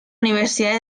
universidad